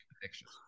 predictions